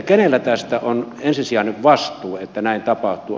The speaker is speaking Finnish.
kenellä tästä on ensisijainen vastuu että näin tapahtuu